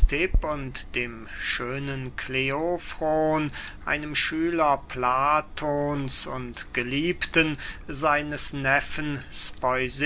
und dem schönen kleofron einem schüler platons und geliebten seines neffen